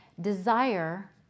desire